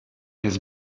his